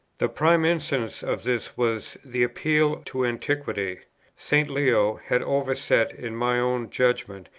the prime instance of this was the appeal to antiquity st. leo had overset, in my own judgment,